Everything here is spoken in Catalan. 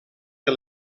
que